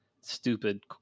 stupid